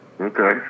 Okay